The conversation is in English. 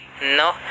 No